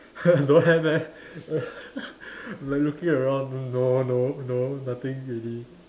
don't have leh like looking around no no no nothing really